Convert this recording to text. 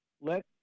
Let